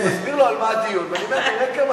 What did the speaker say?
אני מסביר לו על מה הדיון ואני אומר: נראה עוד